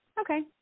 Okay